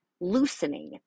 loosening